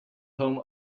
home